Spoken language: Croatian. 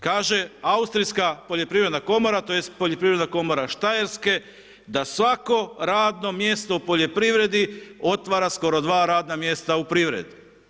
Kaže austrijska poljoprivredna komora tj. poljoprivredna komora Štajerske da svako radno mjesto u poljoprivredi otvara skoro dva radna mjesta u privredi.